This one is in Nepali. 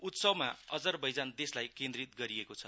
उत्सवमा अजरवैजान देशलाई केन्द्रित गरिएको छ